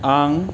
आं